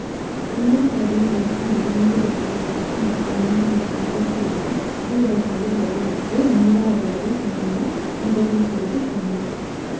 ನೀರಾವರಿ ನಿರ್ವಹಣೆ ನೀರನ್ನ ವ್ಯರ್ಥಮಾಡ್ದೆ ನೀರಿನ ಅಗತ್ಯನ ಪೂರೈಸಳು ಬೆಳೆಗೆ ನೀರಾವರಿ ಸಮಯ ನಿಗದಿಸೋದು ಕ್ರಮ